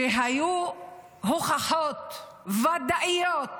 שהיו הוכחות ודאיות